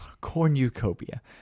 cornucopia